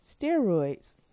steroids